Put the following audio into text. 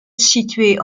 situé